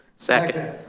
second.